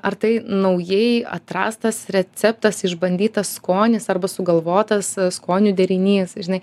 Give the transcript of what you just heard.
ar tai naujai atrastas receptas išbandytas skonis arba sugalvotas skonių derinys žinai